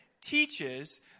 teaches